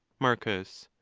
marcus.